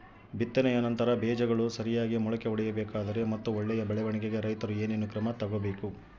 ಬಿತ್ತನೆಯ ನಂತರ ಬೇಜಗಳು ಸರಿಯಾಗಿ ಮೊಳಕೆ ಒಡಿಬೇಕಾದರೆ ಮತ್ತು ಒಳ್ಳೆಯ ಬೆಳವಣಿಗೆಗೆ ರೈತರು ಏನೇನು ಕ್ರಮ ತಗೋಬೇಕು?